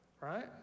right